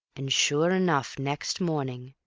and sure enough, next morning,